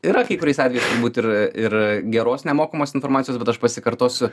yra kai kuriais atvejais turbūt ir ir geros nemokamos informacijos bet aš pasikartosiu